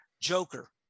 Joker